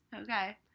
Okay